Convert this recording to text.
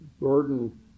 burden